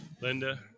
Linda